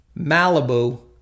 Malibu